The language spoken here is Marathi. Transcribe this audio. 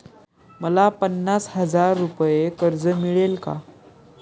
मला पन्नास हजार रुपये कर्ज मिळेल का?